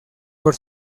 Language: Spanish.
por